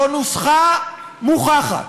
זו נוסחה מוכחת.